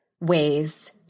ways